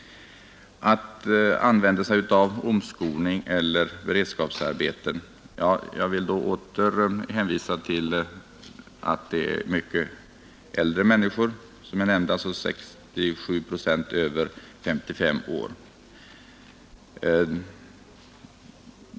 Beträffande omskolning eller beredskapsarbeten vill jag åter hänvisa till att det är fråga om många äldre människor — som jag nämnde är 67 procent över 55 år.